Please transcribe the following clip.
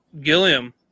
Gilliam